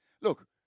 Look